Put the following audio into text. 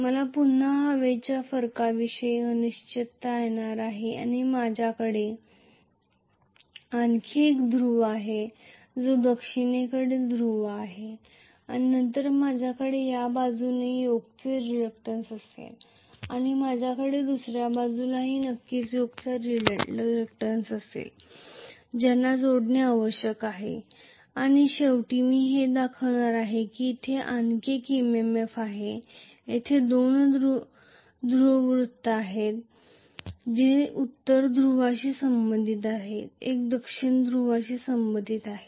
मला पुन्हा हवेच्या फरकाविषयी अनिश्चितता येणार आहे आणि माझ्याकडे आणखी एक ध्रुव आहे जो दक्षिणेकडील ध्रुव आहे आणि नंतर माझ्याकडे या बाजुने योकचा रिलक्टंन्स असेल आणि माझ्याकडे दुसऱ्या बाजूलाही नक्कीच योकचा रिलक्टंन्स असेल मला त्यांना जोडणे आवश्यक आहे आणि शेवटी मी हे दाखवणार आहे की इथे आणखी MMF आहे येथे दोन ध्रुववृत्त आहेत जे उत्तर ध्रुवाशी संबंधित आहेत एक दक्षिण ध्रुवाशी संबंधित आहे